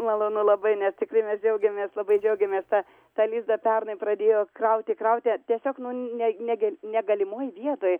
malonu labai nes tikrai mes džiaugiamės labai džiaugiamės ta tą lizdą pernai pradėjo krauti krauti tiesiog nu ne negi negalimoj vietoj